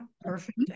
perfect